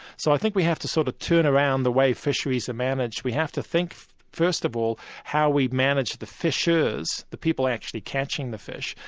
so i think we have to sort of turn and around the way fisheries are managed we have to think first of all how we'd manage the fishers, the people actually catching the fish,